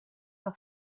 par